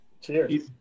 Cheers